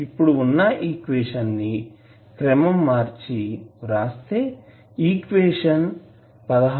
ఇప్పుడు వున్నా ఈక్వేషన్ ని క్రమం మర్చి ఈక్వేషన్ లా వ్రాద్దాం